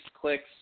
clicks